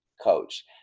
coach